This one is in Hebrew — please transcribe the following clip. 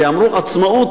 כשאמרו עצמאות,